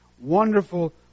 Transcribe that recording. wonderful